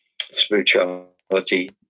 spirituality